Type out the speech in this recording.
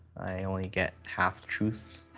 i only get half truths.